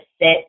sit